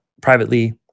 privately